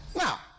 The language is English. Now